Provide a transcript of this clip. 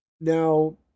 Now